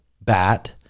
bat